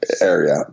area